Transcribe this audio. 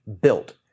built